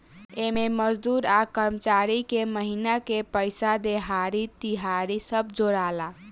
एमे मजदूर आ कर्मचारी के महिना के पइसा, देहाड़ी, तिहारी सब जोड़ाला